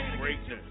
greatness